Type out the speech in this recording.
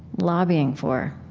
lobbying for